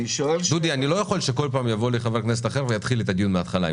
אני לא יכול שבכל פעם יבוא חבר כנסת אחר ויתחיל את הדיון מן ההתחלה,